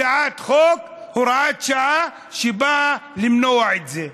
הצעת חוק הוראת שעה שבאה למנוע את זה,